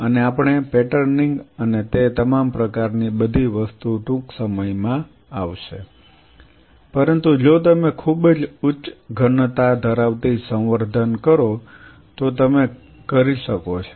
અને આપણે પેટર્નિંગ અને તે તમામ પ્રકારની બધી વસ્તુ ટૂંક સમયમાં આમાં આવશે પરંતુ જો તમે ખૂબ જ ઉચ્ચ ઘનતા ધરાવતી સંવર્ધન કરો તો તમે કરી શકો છો